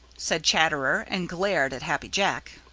said chatterer and glared at happy jack.